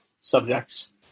subjects